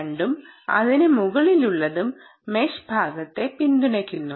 2 ഉം അതിന് മുകളിലുള്ളതും മെഷ് ഭാഗത്തെ പിന്തുണയ്ക്കുന്നു